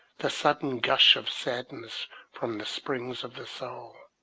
the sudden gush of sadness from the springs of the soul.